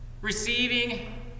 receiving